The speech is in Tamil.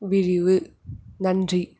விரிவு நன்றி